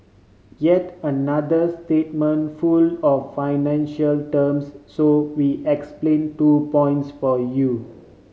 yet another statement full of financial terms so we explain two points for you